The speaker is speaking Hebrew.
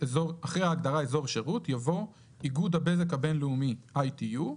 אחרי ההגדרה "אזור שירות" יבוא: "איגוד הבזק הבין-לאומי (ITU)"